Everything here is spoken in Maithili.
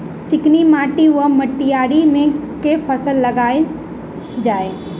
चिकनी माटि वा मटीयारी मे केँ फसल लगाएल जाए?